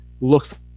looks